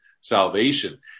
salvation